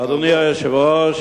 אדוני היושב-ראש,